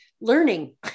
learning